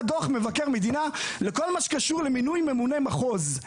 דוח מבקר מדינה לכל מה שקשור למינוי ממונה מחוז.